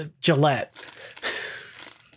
Gillette